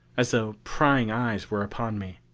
as though prying eyes were upon me.